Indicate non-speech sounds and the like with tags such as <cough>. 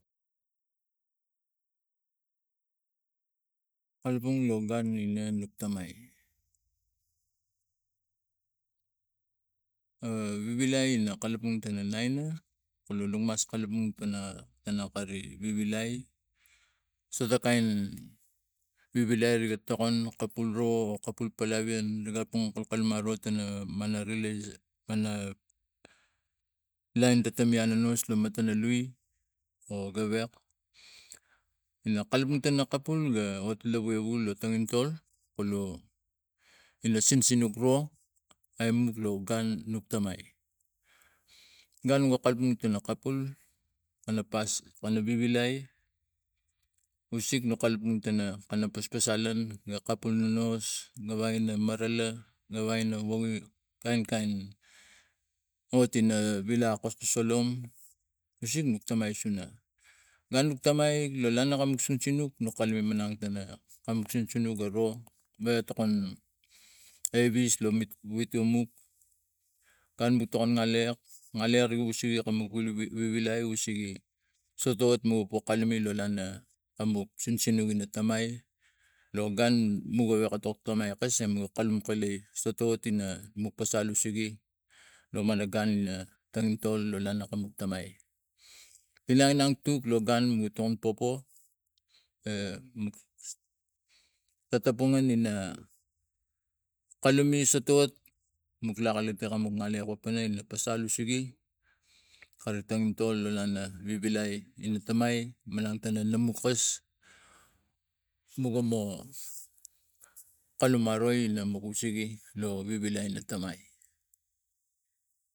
Kalume manang tanoi kam nuk sinsinuk aro we tokon aiwes lo mit witlo mot kam ri tokon gnare gare kulu sege <hesitation> vivilai isege sotot no kalume lo lana amok sinsinuk ina tamai lo gun no gewek ga tok tamai akas emok kalume sotot ina nok pasal usege lo mana gun ina tonginta lo lana nuk tamai. Inang inang tuk lo gun motongit popo e latapungan ina kalume sotot muk lak alu ina lana pana ina pasal usege kari tongintol lo lana vivilai ina tamai manang tara manukas mogonao kalum aro ina mogo sege lo vivilai ina